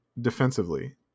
defensively